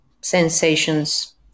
sensations